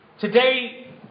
Today